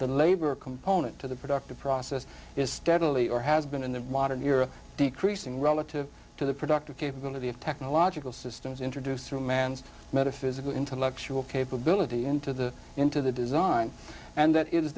the labor component to the productive process is steadily or has been in the modern era decreasing relative to the productive capability of technological systems introduced through man's metaphysical intellectual capability into the into the design and that is